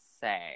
say